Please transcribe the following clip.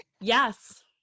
Yes